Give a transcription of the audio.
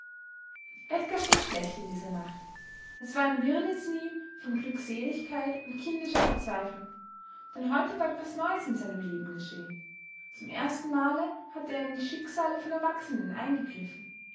edgar schlief schlecht in dieser nacht es war eine wirrnis in ihm von glückseligkeit und kindischer verzweiflung denn heute war etwas neues in seinem leben geschehn zum ersten male hatte er in die schicksale von erwachsenen eingegriffen